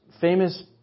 famous